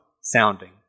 sounding